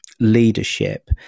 leadership